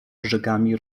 brzegami